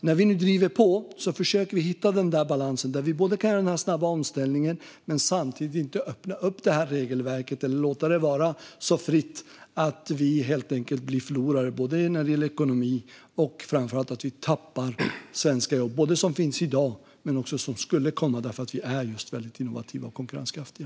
När vi nu driver på försöker vi hitta balansen mellan att kunna göra den snabba omställningen och samtidigt inte öppna upp regelverket eller låta det vara så fritt att vi helt enkelt blir förlorare när det gäller ekonomi och framför allt genom att vi tappar svenska jobb. Det är jobb som finns i dag men också jobb som skulle komma just därför att vi är innovativa och konkurrenskraftiga.